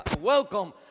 welcome